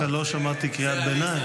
דווקא לא שמעתי קריאת ביניים.